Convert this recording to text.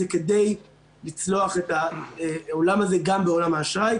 זה כדי לצלוח את העולם הזה גם בעולם האשראי.